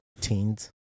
teens